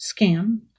scam